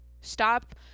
Stop